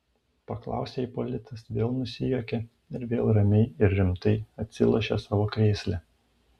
paklausė ipolitas vėl nusijuokė ir vėl ramiai ir rimtai atsilošė savo krėsle